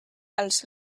als